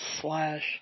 slash